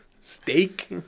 steak